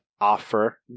offer